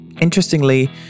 interestingly